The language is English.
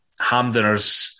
Hamdeners